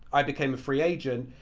i became a free agent.